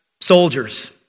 soldiers